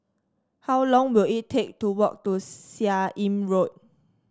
how long will it take to walk to Seah Im Road